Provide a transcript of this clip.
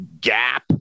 gap